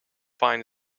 fine